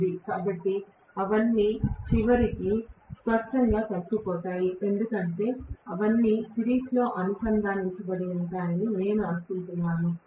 కాబట్టి అవన్నీ చివరికి స్పష్టంగా కలిసిపోతాయి ఎందుకంటే అవన్నీ సిరీస్లో అనుసంధానించబడి ఉన్నాయని నేను అనుకుంటాను